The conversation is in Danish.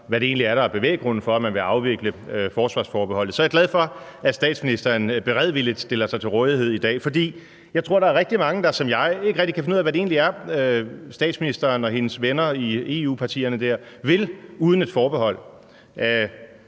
hvad der egentlig er bevæggrunden for, at man vil afvikle forsvarsforbeholdet. Så jeg er glad for, at statsministeren beredvilligt stiller sig til rådighed i dag, for jeg tror, at der er rigtig mange, der som mig ikke rigtig kan finde ud af, hvad det egentlig er, statsministeren og hendes venner i EU-partierne vil uden et forbehold.